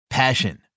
Passion